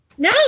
No